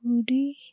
Puri